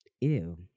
ew